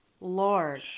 lord